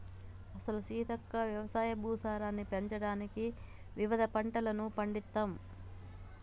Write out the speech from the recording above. అసలు సీతక్క యవసాయ భూసారాన్ని పెంచడానికి వివిధ రకాల పంటలను పండిత్తమ్